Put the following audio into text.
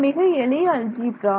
இது மிக எளிய அல்ஜிப்ரா